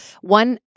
One